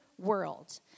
world